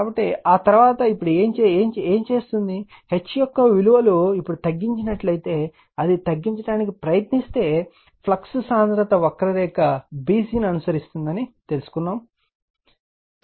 కాబట్టి ఆ తరువాత ఇప్పుడు ఏమి చేస్తుంది H యొక్క విలువలు ఇప్పుడు తగ్గించినట్లయితే అది తగ్గించడానికి ప్రయత్నిస్తే ఫ్లక్స్ సాంద్రత వక్రరేఖ b c ను అనుసరిస్తుందని కనుగొనబడింది